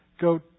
Go